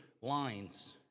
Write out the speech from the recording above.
lines